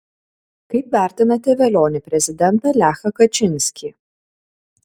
kaip vertinate velionį prezidentą lechą kačinskį